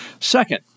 Second